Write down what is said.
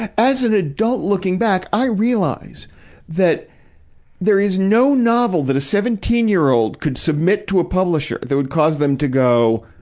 as an adult looking back, i realize that there is no novel that a seventeen year old could submit to a publisher that would cause them to go,